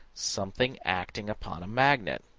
something acting upon a magnet.